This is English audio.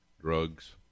drugs